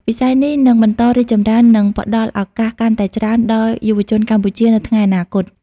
វិស័យនេះនឹងបន្តរីកចម្រើន និងផ្តល់ឱកាសកាន់តែច្រើនដល់យុវជនកម្ពុជានៅថ្ងៃអនាគត។